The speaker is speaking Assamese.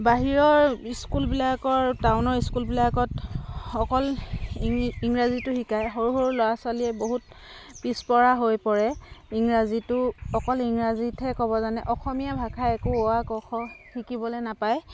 বাহিৰৰ স্কুলবিলাকৰ টাউনৰ স্কুলবিলাকত অকল ইংৰাজীটো শিকায় সৰু সৰু ল'ৰা ছোৱালীয়ে বহুত পিছপৰা হৈ পৰে ইংৰাজীটো অকল ইংৰাজীতহে ক'ব জানে অসমীয়া ভাষাই একো অ আ ক খ শিকিবলৈ নাপায়